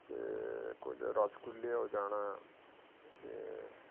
ਅਤੇ ਕੁਝ ਰਸਗੁੱਲੇ ਹੋ ਜਾਣ ਅਤੇ